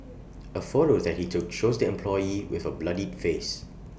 A photo that he took shows the employee with A bloodied face